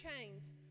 chains